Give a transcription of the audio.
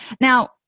Now